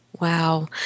Wow